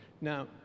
Now